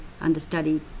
understudy